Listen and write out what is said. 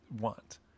want